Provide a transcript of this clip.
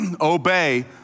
obey